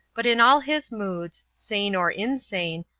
but in all his moods, sane or insane,